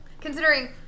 Considering